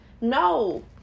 No